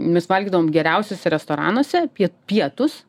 mes valgydavom geriausiuose restoranuose pie pietus